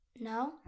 No